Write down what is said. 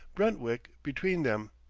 brentwick between them.